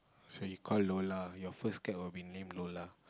so he call Lola your first cat will be name Lola